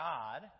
God